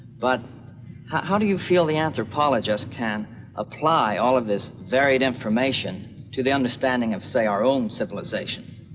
but how do you feel the anthropologist can apply all of this varied information to the understanding of say our own civilization?